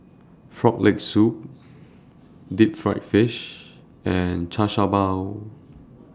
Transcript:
Frog Leg Soup Deep Fried Fish and Char Siew Bao